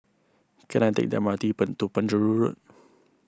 can I take the M R T pen to Penjuru Road